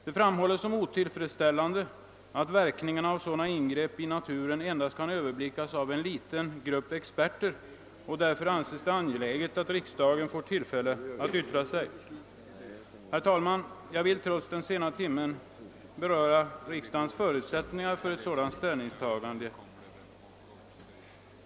Det framhålles som otillfredsställande att verkningarna av sådana ingrepp i naturen endast kan överblickas av en liten grupp experter. Det anses därför angeläget att riksdagen får tillfälle att yttra sig. Herr talman! Jag vill trots den sena timmen beröra riksdagens förutsättningar för ett sådant ställningstagande.